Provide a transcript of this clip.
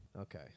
Okay